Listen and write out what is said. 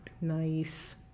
Nice